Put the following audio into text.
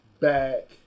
back